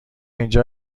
اینجا